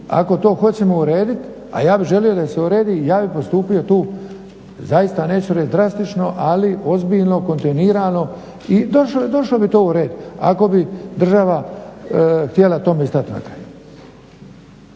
ako to hoćemo uredit a ja bih želio da se uredi i ja bih postupio tu i zaista neću reć drastično ali ozbiljno, kontinuirano i došao bi to u red ako bi država htjela tome stati na kraj.